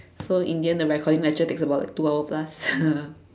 so in the end the recording lecture takes about like two hour plus